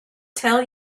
tell